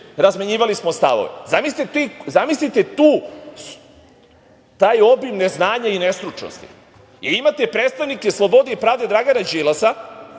razmenjivali smo stavove. Zamislite taj obim neznanja i nestručnosti. Imate predstavnika Slobode i pravde Dragana Đilasa